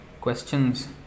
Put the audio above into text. questions